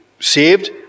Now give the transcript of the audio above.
saved